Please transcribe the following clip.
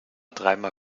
dreimal